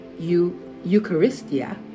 Eucharistia